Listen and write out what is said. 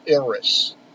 Iris